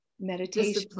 meditation